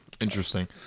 Interesting